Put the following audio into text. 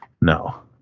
no